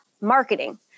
marketing